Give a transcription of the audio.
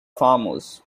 farmers